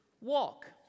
walk